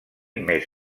més